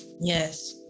Yes